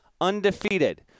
undefeated